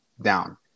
down